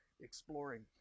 exploring